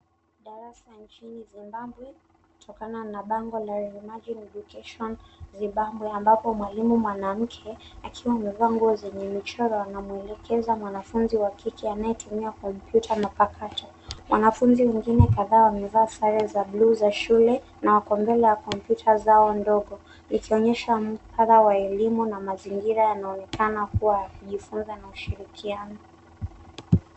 Darasa nchini Zimbabwe, kutokana na bango la rehemajin education Zimbabwe ambapo mwalimu mwanamke, akiwa amevaa nguo zenye michoro anamwelekeza mwanafunzi wa kike anayetumia kompyuta mpakato. Wanafunzi wengine kadhaa wamevaa sare za buluu za shule na wako mbele ya kompyuta zao ndogo likionyesha mpara wa elimu na mazingira yanaonekana kuwa ya kujifunza na ushirikiano.